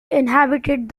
inhabited